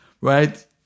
Right